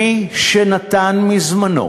מי שנתן מזמנו,